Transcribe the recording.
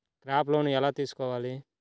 Crop loan ఎలా తీసుకోవాలి?